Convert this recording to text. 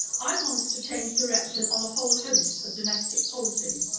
i want us to change direction on a whole host of domestic policies.